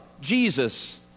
Jesus